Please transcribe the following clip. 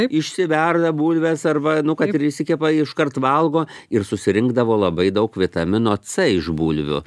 išsiverda bulves arba nu kad ir išsikepa iškart valgo ir susirinkdavo labai daug vitamino c iš bulvių